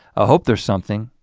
ah hope there's something.